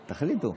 תחליטו.